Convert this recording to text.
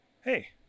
hey